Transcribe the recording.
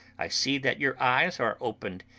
i see that your eyes are opened,